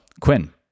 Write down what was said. Quinn